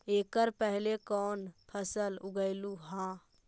एकड़ पहले कौन फसल उगएलू हा?